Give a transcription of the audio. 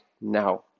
now